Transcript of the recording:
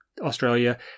Australia